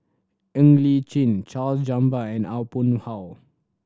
Ng Li Chin Charles Gamba and Aw Boon Haw